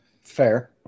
Fair